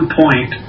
point